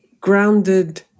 grounded